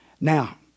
Now